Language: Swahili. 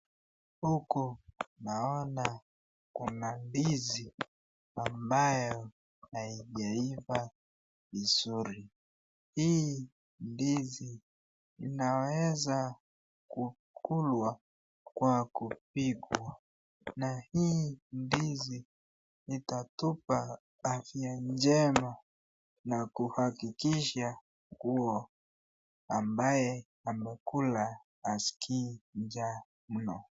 Huko naona kuna ndizi ambayo haijaiva vizuri. Hii ndizi inaweza kuliwa kwa kupigwa. Na hii ndizi itatupa afya njema na kuhakikisha kuwa ambaye amekula hasikii njaa mno.